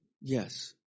Yes